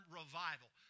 revival